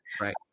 Right